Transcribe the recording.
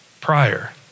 prior